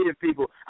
people